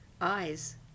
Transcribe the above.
eyes